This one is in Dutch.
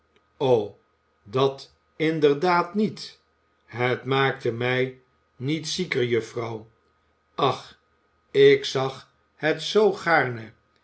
dat inderdaad niet het maakte mij niet zieker juffrouw ach ik zag het zoo